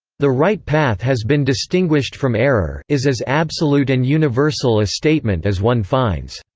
the right path has been distinguished from error' is as absolute and universal a statement as one finds.